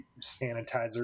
sanitizer